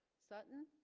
sutton